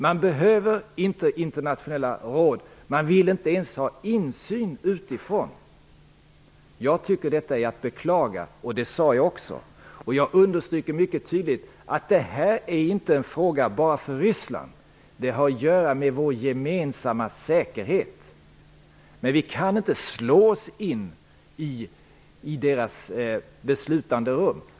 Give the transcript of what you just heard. Man behöver inte internationella råd. Man vill inte ens ha insyn utifrån. Jag tycker detta är att beklaga, och det sade jag också. Jag understryker mycket tydligt att det här inte bara är en fråga för Ryssland. Den har att göra med vår gemensamma säkerhet. Men vi kan inte slå oss in i deras beslutanderum.